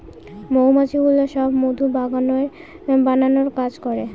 মৌমাছিগুলো সব মধু বানানোর কাজ করে